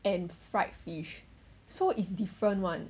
and fried fish so is different one